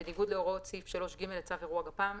בניגוד להוראות סעיף 3(ג) לצו אירוע גפ"מ,